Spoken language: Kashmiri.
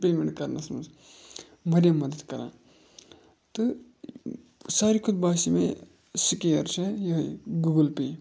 پیمٮ۪نٛٹ کَرنَس منٛز واریاہ مَدَت کَران تہٕ ساروی کھۄتہٕ باسیو مےٚ سُکیر چھےٚ یِہوٚے گوٗگٕل پے